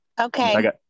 Okay